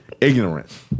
Ignorance